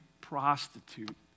prostitute